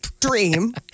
dream